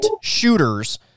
shooters